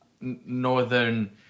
northern